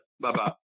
Bye-bye